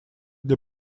для